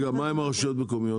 מה עם רשויות מקומיות?